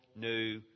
new